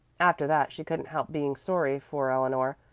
after that she couldn't help being sorry for eleanor,